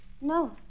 No